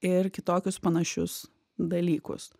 ir kitokius panašius dalykus